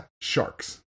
Sharks